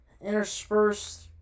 interspersed